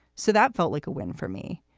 so that felt like a win for me,